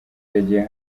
yagiye